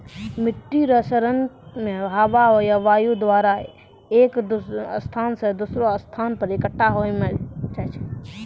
मिट्टी रो क्षरण मे हवा या वायु द्वारा एक स्थान से दोसरो स्थान पर इकट्ठा होय जाय छै